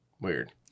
Weird